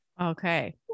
Okay